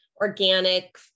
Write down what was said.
organic